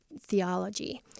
theology